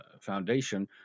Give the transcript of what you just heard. foundation